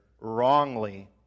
wrongly